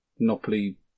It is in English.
Monopoly